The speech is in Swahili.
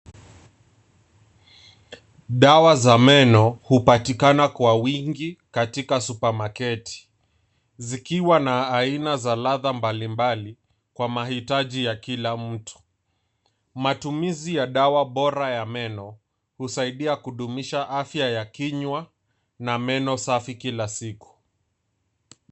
Dawa za meno hupatikana kwa wingi katika supamaketi zikiwa na aina za ladha mbalimbali kwa mahitaji ya kila mtu. Matumizi ya dawa bora ya meno husaidia kudumisha afya ya kinywa na meno safi kila siku.